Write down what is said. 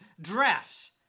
dress